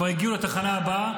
כבר הגיעו לתחנה הבאה,